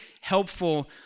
helpful